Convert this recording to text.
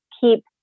keep